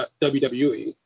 WWE